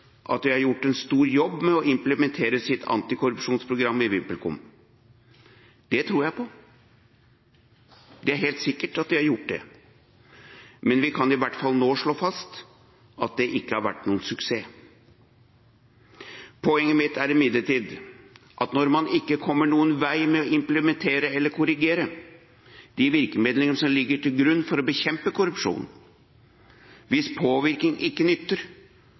at de har gjort en stor jobb med å implementere sitt antikorrupsjonsprogram i VimpelCom. Det tror jeg på. Det er helt sikkert at de har gjort det. Men vi kan i hvert fall nå slå fast at det ikke har vært noen suksess. Poenget mitt er imidlertid at når man ikke kommer noen vei med å implementere eller korrigere de virkemidlene som ligger til grunn for å bekjempe korrupsjon, hvis påvirkning ikke nytter,